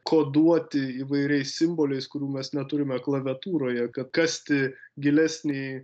koduoti įvairiais simboliais kurių mes neturime klaviatūroje kad kasti gilesnį